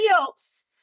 else